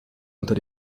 unter